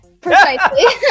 precisely